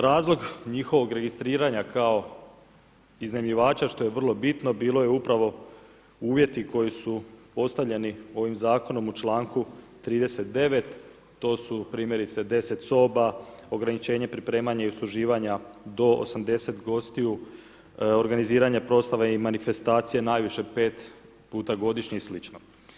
Razlog njihovog registriranja kao iznajmljivača, što je vrlo bitno, bilo je upravo, uvjeti koji su postavljani ovim zakonom u čl. 39. to su primjerice, 10 soba, ograničenje, pripremanja, i usluživanja do 80 gostiju, organiziranje proslava i manifestacija, najviše 5 puta godišnje i sl.